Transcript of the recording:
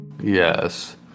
Yes